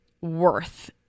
worth